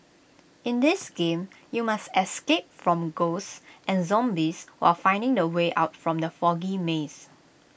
in this game you must escape from ghosts and zombies while finding the way out from the foggy maze